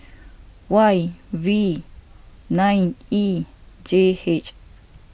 Y V nine E J H